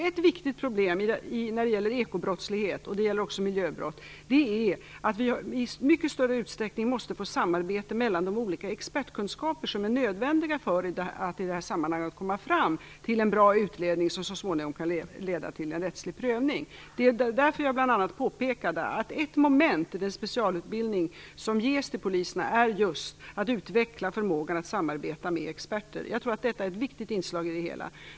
Ett viktigt problem när det gäller såväl ekobrottslighet som miljöbrott är att vi i mycket större utsträckning måste få till stånd ett samarbete mellan de olika experter som är nödvändiga för att komma fram till en bra utredning som så småningom kan leda till en rättslig prövning. Det var bl.a. därför jag påpekade att ett moment i polisens specialutbildning är just att utveckla förmågan att samarbeta med experter. Jag tror att detta är ett viktigt inslag i det hela.